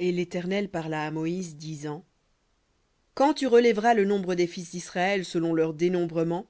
et l'éternel parla à moïse disant quand tu relèveras le nombre des fils d'israël selon leur dénombrement